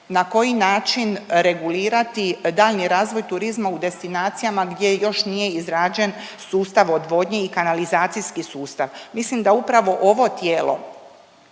na koji način regulirati daljnji razvoj turizma u destinacijama gdje još nije izrađen sustav odvodnje i kanalizacijski sustav. Mislim da upravo ovo tijelo